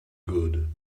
good